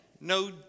no